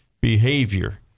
behavior